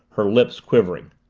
her lips quivering.